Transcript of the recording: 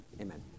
Amen